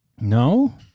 No